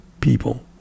people